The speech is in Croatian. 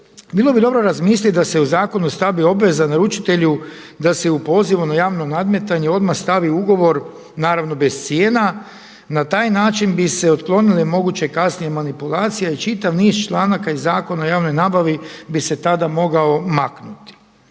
bilo bi dobro razmislit da se u zakon stavi obveza naručitelju da se u pozivu na javno nadmetanje odmah stavi ugovor naravno bez cijena. Na taj način bi se otklonile moguće kasnije manipulacije a i čitav niz čanaka iz Zakona o javnoj nabavi bi se tada mogao maknuti.